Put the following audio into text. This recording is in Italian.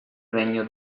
regno